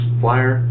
flyer